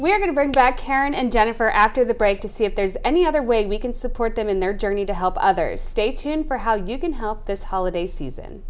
we're going to bring back karen and jennifer after the break to see if there's any other way we can support them in their journey to help others stay tuned for how you can help this holiday season